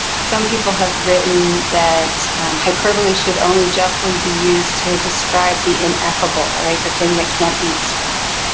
some people have written that hyperbole should only justly be used to describe the ineffable write the thing that can't be described.